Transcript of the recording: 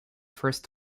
first